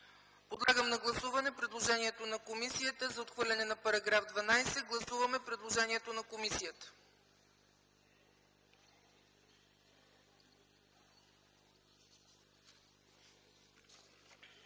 Подлагам на гласуване предложението на комисията за отхвърляне на § 17. Гласуваме предложението на комисията.